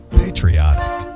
patriotic